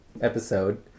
episode